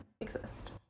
exist